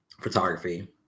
photography